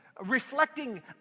reflecting